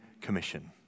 commission